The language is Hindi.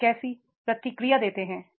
आप कैसे प्रतिक्रिया देते हैं